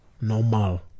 normal